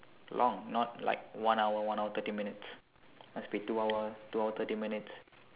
long not like one hour one hour thirty minutes must be two hour two hour thirty minutes